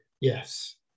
yes